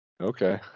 Okay